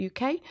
UK